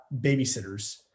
babysitters